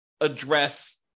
address